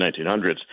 1900s